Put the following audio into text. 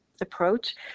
approach